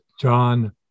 John